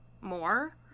more